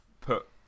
put